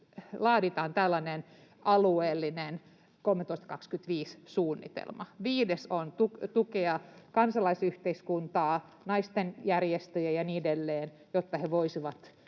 tällainen alueellinen 1325-suunnitelma. Viides on tukea kansalaisyhteiskuntaa, naisten järjestöjä ja niin edelleen, jotta he voisivat